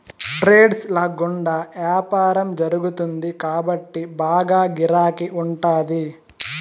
trades ల గుండా యాపారం జరుగుతుంది కాబట్టి బాగా గిరాకీ ఉంటాది